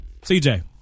CJ